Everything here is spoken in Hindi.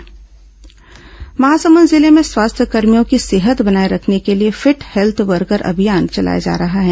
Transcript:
महासमुंद हेल्थ वर्कर महासमुंद जिले में स्वास्थ्यकर्मियों की सेहत बनाए रखने के लिए फिट हेल्थ वर्कर अभियान चलाया जा रहा है